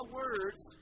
words